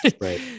right